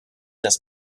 dass